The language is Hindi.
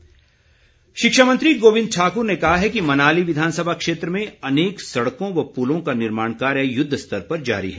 गोविंद ठाकुर शिक्षा मंत्री गोविंद ठाक्र ने कहा है कि मनाली विधानसभा क्षेत्र में अनेक सड़कों व पुलों का निर्माण कार्य युद्धस्तर पर जारी है